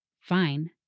Fine